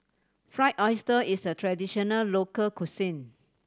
Fried Oyster is a traditional local cuisine